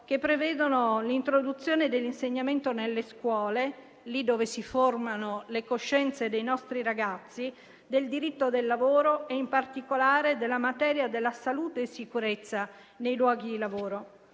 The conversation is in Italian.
che prevedono l'introduzione dell'insegnamento nelle scuole, lì dove si formano le coscienze dei nostri ragazzi, del diritto del lavoro e in particolare della materia della salute e sicurezza nei luoghi di lavoro.